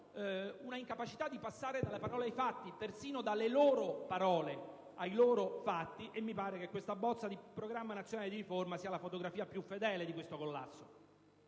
un'incapacità di passare dalle parole ai fatti - persino dalle loro parole ai loro fatti - e mi pare che questa bozza di Programma nazionale di riforma sia la fotografia più fedele di questo collasso.